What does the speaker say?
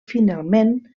finalment